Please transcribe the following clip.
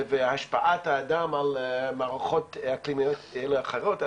והשפעת האדם על מערכות אקלימיות כאלה ואחרות.